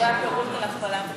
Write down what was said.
פירוט על הכפלת התקציב,